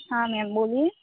હા મેમ બોલીએ